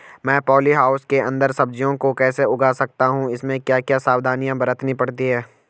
मैं polyhouse के अन्दर सब्जियों को कैसे उगा सकता हूँ इसमें क्या क्या सावधानियाँ बरतनी पड़ती है?